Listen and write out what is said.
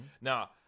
Now